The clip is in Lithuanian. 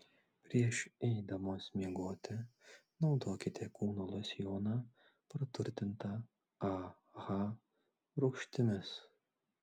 prieš eidamos miegoti naudokite kūno losjoną praturtintą aha rūgštimis